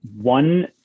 one